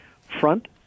Front